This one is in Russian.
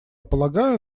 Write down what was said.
полагаю